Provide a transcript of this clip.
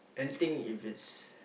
anything if it's